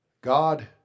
God